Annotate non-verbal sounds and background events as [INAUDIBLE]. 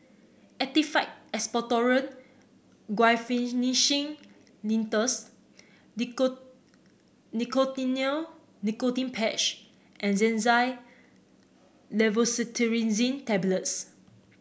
Actified Expectorant Guaiphenesin Linctus [UNINTELLIGIBLE] Nicotinell Nicotine Patch and Xyzal Levocetirizine Tablets